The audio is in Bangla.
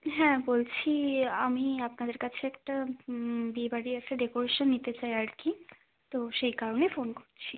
হ্যাঁ বলছি আমি আপনাদের কাছে একটা বিয়েবাড়ির একটা ডেকোরেশন নিতে চাই আর কি তো সেই কারণে ফোন করছি